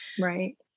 Right